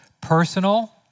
personal